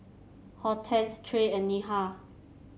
Hortense Trae and Neha